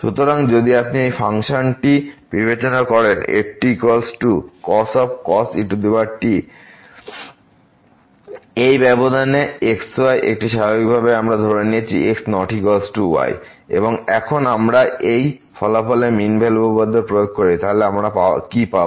সুতরাং যদি আপনি এই ফাংশনটি বিবেচনা করেন ftcos e t এই ব্যবধানে x y এবং স্বাভাবিকভাবেই আমরা ধরে নিয়েছি x ≠ y এবং এখন আমরা এই ফলাফলে মিন ভ্যালু উপপাদ্য প্রয়োগ করি তাহলে আমরা কী পাব